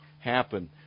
happen